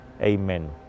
Amen